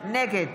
נגד